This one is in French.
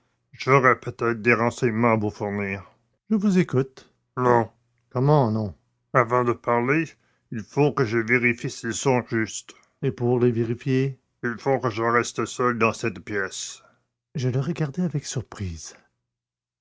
j'aurais peut-être des renseignements à vous fournir je vous écoute non comment non avant de parler il faut que je vérifie s'ils sont justes et pour les vérifier il faut que je reste seul dans cette pièce je le regardai avec surprise